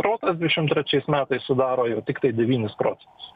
srautas dvidešim trečiais metais sudaro jau tiktai devynis procentus